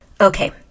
Okay